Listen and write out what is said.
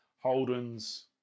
holden's